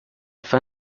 fin